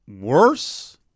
worse